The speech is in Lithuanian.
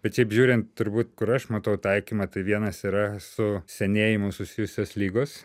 bet šiaip žiūrint turbūt kur aš matau taikymą tai vienas yra su senėjimu susijusios ligos